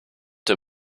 der